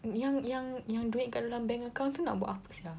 yang yang yang duit kat dalam bank account tu nak buat apa sia